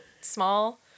small